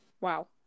wow